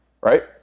right